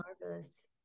marvelous